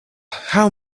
how